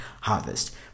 harvest